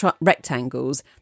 rectangles